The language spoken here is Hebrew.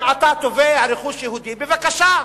אם אתה תובע רכוש יהודי, בבקשה.